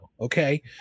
okay